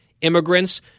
immigrants